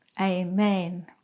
amen